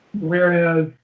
Whereas